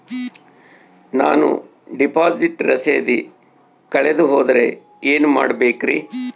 ನಾನು ಡಿಪಾಸಿಟ್ ರಸೇದಿ ಕಳೆದುಹೋದರೆ ಏನು ಮಾಡಬೇಕ್ರಿ?